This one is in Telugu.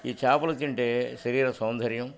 ఈ చేాపలు తింటే శరీర సౌందర్యం